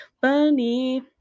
funny